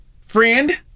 friend